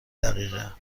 دقیقه